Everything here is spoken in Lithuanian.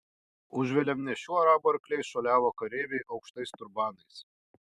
už vėliavnešių arabų arkliais šuoliavo kareiviai aukštais turbanais